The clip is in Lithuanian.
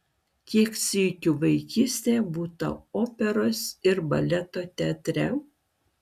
kiek sykių vaikystėje būta operos ir baleto teatre